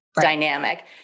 dynamic